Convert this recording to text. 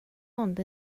ond